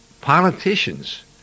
politicians